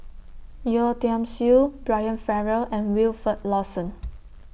Yeo Tiam Siew Brian Farrell and Wilfed Lawson